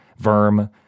verm